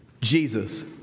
Jesus